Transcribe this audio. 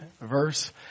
verse